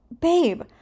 babe